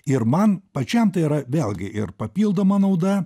ir man pačiam tai yra vėlgi ir papildoma nauda